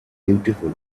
beautiful